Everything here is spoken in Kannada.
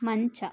ಮಂಚ